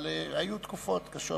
אבל היו תקופות קשות.